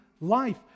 life